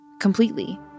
Completely